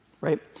right